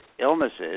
illnesses